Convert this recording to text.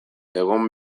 egon